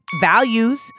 values